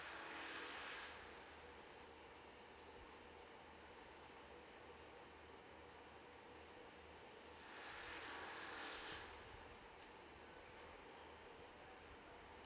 uh